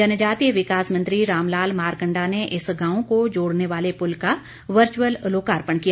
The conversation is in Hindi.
जनजातीय विकास मंत्री रामलाल मारकंडा ने इस गांव को जोड़ने वाले पुल का वर्चुअल लोकार्पण किया